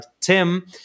Tim